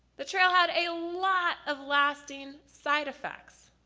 the trail had a lot of lasting side-effects.